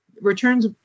returns